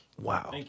Wow